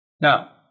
Now